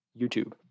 YouTube